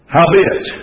Howbeit